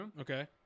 Okay